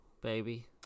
baby